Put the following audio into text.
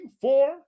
four